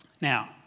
Now